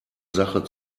sache